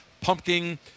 Pumpkin